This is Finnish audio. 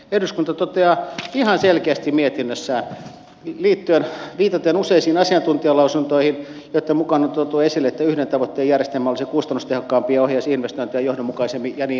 eduskunta toteaa tästä ihan selkeästi mietinnössään viitaten useisiin asiantuntijalausuntoihin joitten mukaan on tuotu esille että yhden tavoitteen järjestelmä olisi kustannustehokkaampi ja ohjaisi investointeja johdonmukaisemmin ja niin edelleen ja niin edelleen